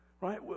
Right